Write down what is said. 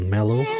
Mellow